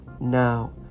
Now